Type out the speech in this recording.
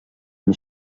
amb